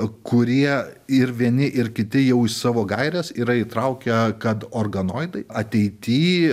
kurie ir vieni ir kiti jau į savo gaires yra įtraukę kad organoidai ateity